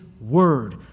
word